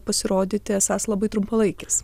pasirodyti esąs labai trumpalaikis